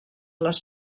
les